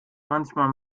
manchmal